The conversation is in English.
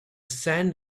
sand